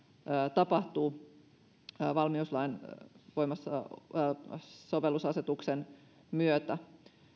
tapahtuu valmiuslain sovellusasetuksen myötä